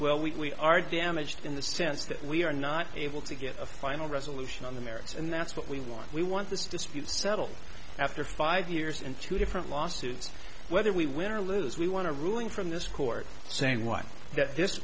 well we are damaged in the sense that we are not able to get a final resolution on the merits and that's what we want we want this dispute settled after five years in two different lawsuits whether we win or lose we want to ruling from this court saying what this